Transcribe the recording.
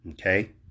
Okay